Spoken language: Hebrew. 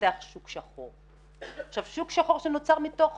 מתפתח שוק שחור וזה שוק שחור שנוצר מתוך